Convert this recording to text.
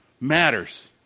matters